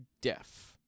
deaf